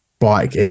bike